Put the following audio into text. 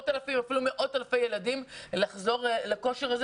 למאות אלפי ילדים לחזור לכושר.